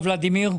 ולדימיר.